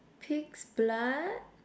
pig's blood